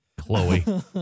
chloe